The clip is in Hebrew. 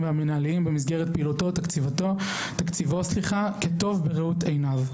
והמינהליים במסגרת פעילותו ותקציבו כטוב לראות עיניו".